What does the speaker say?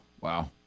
wow